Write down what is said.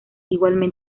igual